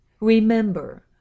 Remember